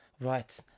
Right